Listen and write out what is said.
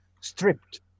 stripped